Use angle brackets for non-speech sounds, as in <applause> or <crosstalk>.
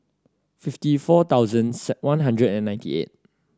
fifty four thousand <hesitation> one hundred and ninety eight